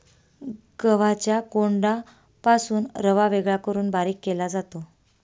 गव्हाच्या कोंडापासून रवा वेगळा करून बारीक केला जातो